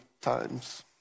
times